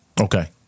Okay